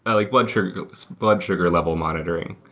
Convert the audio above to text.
ah like blood sugar blood sugar level monitoring.